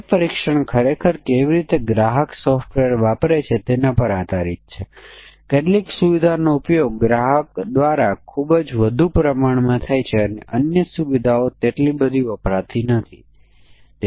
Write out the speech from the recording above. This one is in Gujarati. અથવા આપણે ધ્યાનમાં લઈ શકીએ છીએ કે દરેક સીમા માટે જો આપણી પાસે n પરિમાણો છે તો આપણને 4 n 1 પરીક્ષણના કેસોની જરૂર છે જો આપણે નકારાત્મક પરીક્ષણના કેસોને ધ્યાનમાં લેતા નથી તો